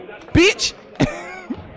Bitch